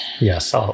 Yes